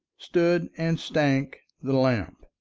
stood and stank the lamp.